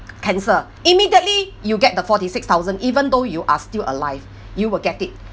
cancer immediately you'll get the forty six thousand even though you are still alive you will get it